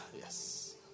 Yes